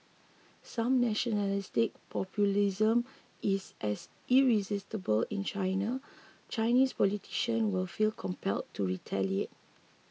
since nationalistic populism is as irresistible in China Chinese politician will feel compelled to retaliate